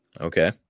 Okay